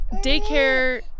Daycare